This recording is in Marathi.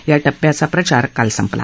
या टप्प्याचा प्रचार काल संपला